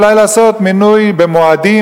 צריך אולי לעשות מנוי במועדים,